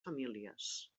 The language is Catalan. famílies